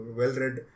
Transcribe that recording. well-read